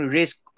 risk